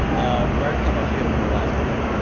ah merk, how about you hit them with the last question?